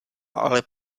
ale